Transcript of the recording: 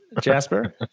Jasper